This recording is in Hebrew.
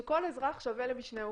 שכל אזרח שווה למשהו,